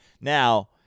Now